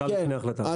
לפני ההחלטה.